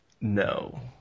no